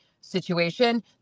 situation